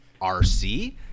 rc